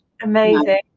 Amazing